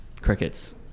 crickets